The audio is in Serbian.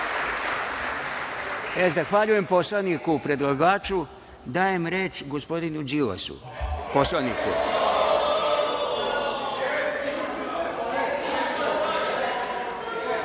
Zahvaljujem poslaniku predlagaču. Dajem reč gospodinu Đilasu, poslaniku.(Đorđe